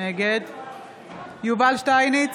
נגד יובל שטייניץ,